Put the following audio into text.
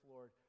Lord